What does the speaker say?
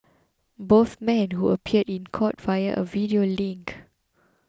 both men who appeared in court via a video link